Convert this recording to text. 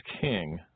king